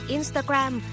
Instagram